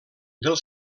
del